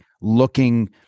looking